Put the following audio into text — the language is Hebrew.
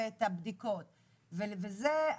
ושוב,